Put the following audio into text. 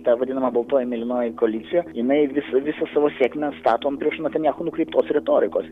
ta vadinama baltoji mėlynoji koalicija jinai vis visą savo sėkmę stato ant prieš netanjachu nukreiptos retorikos